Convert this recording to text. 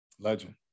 Legend